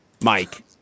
Mike